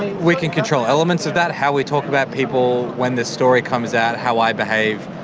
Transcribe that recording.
we can control elements of that, how we talk about people, when this story comes out, how i behave.